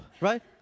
right